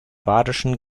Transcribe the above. badischen